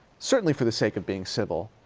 certainly for the sake of being civil,